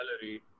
gallery